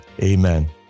Amen